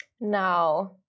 Now